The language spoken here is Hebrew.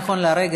נכון להרגע,